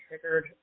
triggered